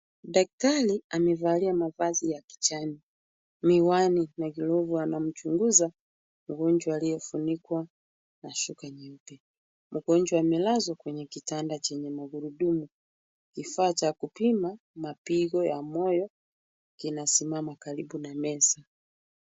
Daktari amevalia mavazi ya kijani, miwani na glovu. Anamchunguza mgonjwa aliyefunikwa na shuka nyeupe. Mgonjwa amelazwa kwenye kitanda chenye magururdumu. Kifaa cha kupima mapigo ya moyo kinasimama karibu na meza